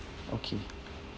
okay